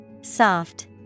Soft